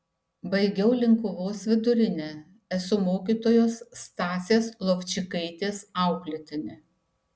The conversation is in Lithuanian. baigiau linkuvos vidurinę esu mokytojos stasės lovčikaitės auklėtinė